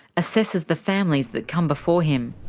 assesses the families that come before him.